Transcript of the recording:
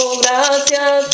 gracias